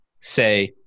say